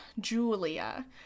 Julia